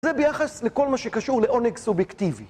זה ביחס לכל מה שקשור לעונג סובייקטיבי.